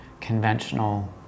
conventional